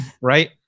right